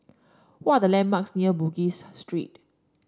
what are the landmarks near Bugis Street